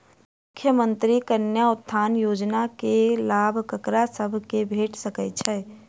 मुख्यमंत्री कन्या उत्थान योजना कऽ लाभ ककरा सभक भेट सकय छई?